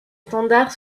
standard